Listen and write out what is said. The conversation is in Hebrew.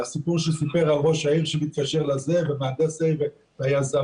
שסיפר על ראש העיר שמתקשר לזה ומהנדס העיר והיזמים